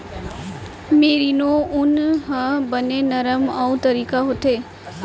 merino ऊन ह बने नरम अउ तारीक होथे